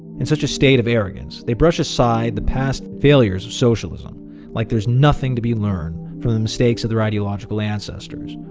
in such a state of arrogance, they brush aside the past failures of socialism like there's nothing to be learned from the mistakes of their ideological ancestors,